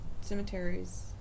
cemeteries